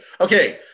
Okay